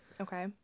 Okay